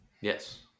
Yes